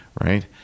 right